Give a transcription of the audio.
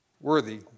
worthy